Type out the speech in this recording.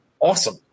awesome